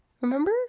remember